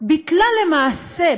ביטלה למעשה,